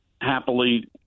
Happily